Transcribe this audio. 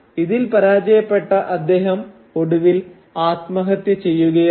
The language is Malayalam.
ഇതിൽ പരാജയപ്പെട്ട അദ്ദേഹം ഒടുവിൽ ആത്മഹത്യ ചെയ്യുകയാണ്